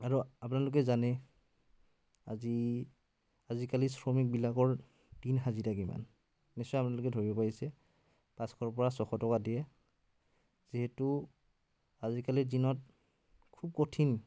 আৰু আপোনালোকে জানেই আজি আজিকালি শ্ৰমিকবিলাকৰ দিন হাজিৰা কিমান নিশ্চয় আপোনালোকে ধৰিব পাৰিছে পাঁচশৰ পৰা ছশ টকা দিয়ে যিহেতু আজিকালিৰ দিনত খুব কঠিন